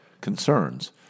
concerns